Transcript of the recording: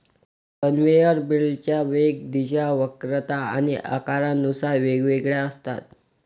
conveyor बेल्टच्या वेग, दिशा, वक्रता आणि आकारानुसार वेगवेगळ्या असतात